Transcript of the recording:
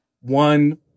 one